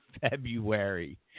February